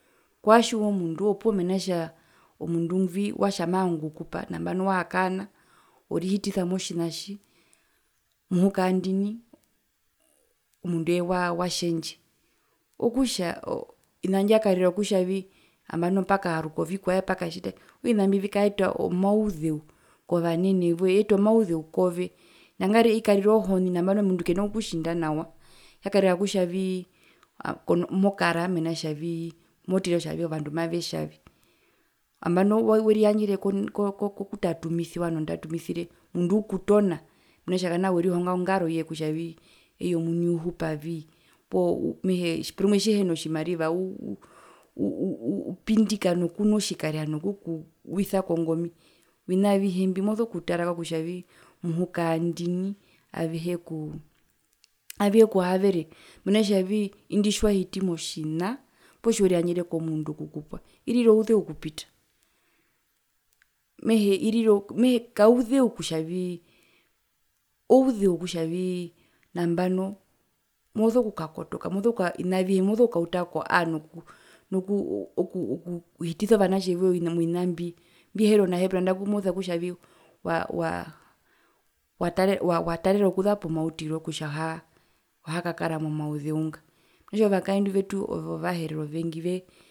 Kwatjiwa omundu opuwo mena rokutja omundu ngwi watja mavanga okukupa orihitisa motjina tji muhukaa ndini omundu ee watjendje okutja oo onandjo ya karira kutjavii nambano pakaaruka ovikwae pakatjitavi okutja ovina mbio vikaeta omauzeu kovanene voye viyeta omauzeu kove nangarire ikarira ohoni nambano nambano mundu kena kukutjinda nawa yakarira kutjavii kono mokara mea kutjavii motira kutja ovandu mavetjavi nambano weriyandjere koko kutatumisiwa nondatumisire omundu ukutona mena kutja kana werihonga ongaroye kutjavi eye omuni uhupavii poo mehee porumwe tjehino tjimariva uu uu upindika nokunwa otjikariha nokukuwisa kongomi ovina avihe mbi moso kutarako kutjavii muhukaandini avihekuu avihekuhavere mena rokutjavi indi tjiwahiti motjina poo tjiweriyandjere komundu okukupwa irira ouzeu okupita, mehee mehee kauzeu kutjavii ouzeu wokutjavii nambano moso kukakotoka ovina avihe moso kukauta ko a noku oku oku okuhitisa ovanatje woye movina mbi mbiheri onahepero nandaku moso kutjavii wa wa watarera watarera okuza pomautiro kutja ohakakara momauzeu nga, mena kutja ovakaendu vetu wovaherero vengi ve